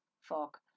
fuck